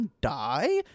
die